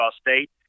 State